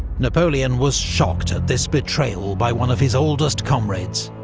napoleon was shocked at this betrayal by one of his oldest comrades.